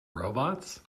robots